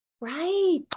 Right